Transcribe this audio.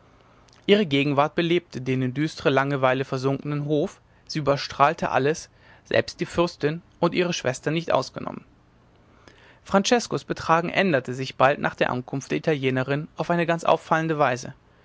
ihre gegenwart belebte den in düstre langeweile versunkenen hof sie überstrahlte alles selbst die fürstin und ihre schwester nicht ausgenommen franceskos betragen änderte sich bald nach der ankunft der italienerin auf eine ganz auffallende weise